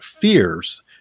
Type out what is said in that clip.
fears